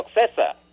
successor